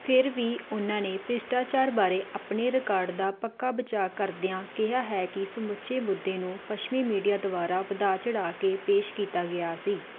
ਫਿਰ ਵੀ ਉਨ੍ਹਾਂ ਨੇ ਭ੍ਰਿਸ਼ਟਾਚਾਰ ਬਾਰੇ ਆਪਣੇ ਰਿਕਾਰਡ ਦਾ ਪੱਕਾ ਬਚਾਅ ਕਰਦਿਆਂ ਕਿਹਾ ਹੈ ਕਿ ਸਮੁੱਚੇ ਮੁੱਦੇ ਨੂੰ ਪੱਛਮੀ ਮੀਡੀਆ ਦੁਆਰਾ ਵਧਾ ਚੜ੍ਹਾ ਕੇ ਪੇਸ਼ ਕੀਤਾ ਗਿਆ ਸੀ